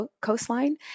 coastline